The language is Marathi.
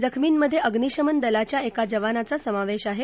जखमींमध्ये अग्निशमन दलाच्या एका जवानाचा समावेश आहे